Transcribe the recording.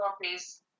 please